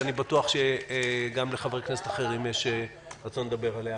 שאני בטוח שגם לחברי כנסת אחרים יש רצון לדבר עליה.